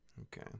Okay